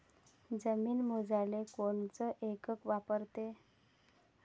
जमीन मोजाले कोनचं एकक वापरते?